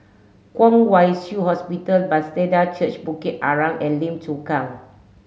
Kwong Wai Shiu Hospital Bethesda Church Bukit Arang and Lim Chu Kang